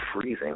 freezing